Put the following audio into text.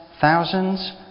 thousands